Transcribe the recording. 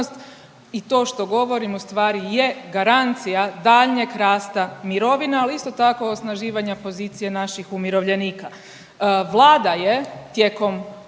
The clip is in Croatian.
i to što govorim u stvari je garancija daljnjeg rasta mirovina ali isto tako osnaživanja pozicije naših umirovljenika. Vlada je tijekom